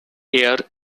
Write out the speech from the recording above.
air